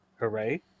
Hooray